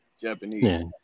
Japanese